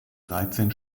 dreizehn